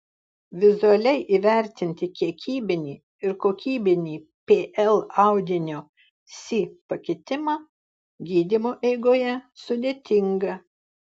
vizualiai įvertinti kiekybinį ir kokybinį pl audinio si pakitimą gydymo eigoje sudėtinga